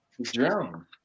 drone